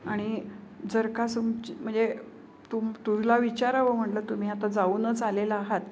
आणि जर का तुमची म्हणजे तुम तुला विचारावं म्हटलं तुम्ही आता जाऊनच आलेले आहात